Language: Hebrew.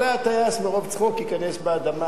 אולי הטייס מרוב צחוק ייכנס באדמה,